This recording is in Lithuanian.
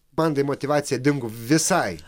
bandai motyvacija dingo visai